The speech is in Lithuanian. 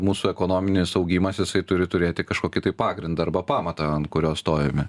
mūsų ekonominis augimas jisai turi turėti kažkokį tai pagrindą arba pamatą ant kurio stovime